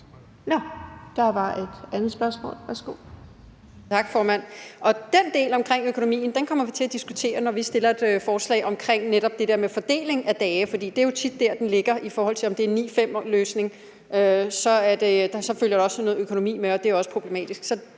Der var et andet spørgsmål.